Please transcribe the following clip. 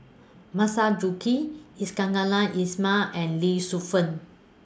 Masagos Zulkifli Iskandar Ismail and Lee Shu Fen